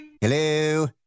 Hello